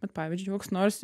kad pavyzdžiui koks nors